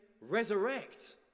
resurrect